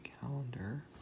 calendar